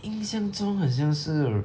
印象中好像是